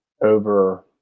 over